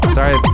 Sorry